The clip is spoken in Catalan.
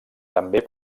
també